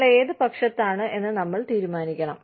നമ്മൾ ഏത് പക്ഷത്താണ് എന്ന് നമ്മൾ തീരുമാനിക്കണം